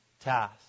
task